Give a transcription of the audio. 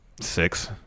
six